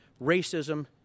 racism